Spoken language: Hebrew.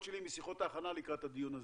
שלי משיחות ההכנה לקראת הדיון הזה,